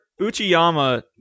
Uchiyama